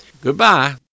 Goodbye